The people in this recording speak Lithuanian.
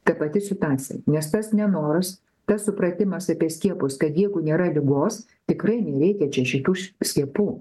ta pati situacija nes tas nenoras tas supratimas apie skiepus kad jeigu nėra ligos tikrai nereikia čia šitų skiepų